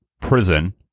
prison